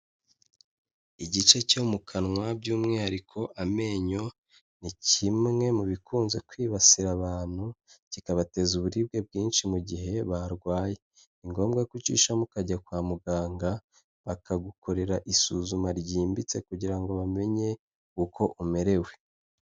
Igice cyo mu kanwa by'umwihariko amenyo, ni kimwe mu bikunze kwibasira abantu kikabateza uburibwe bwinshi mu gihe barwaye, ni ngombwa ko ucishamo ukajya kwa muganga bakagukorera isuzuma ryimbitse kugira ngo bamenye uko umerewe.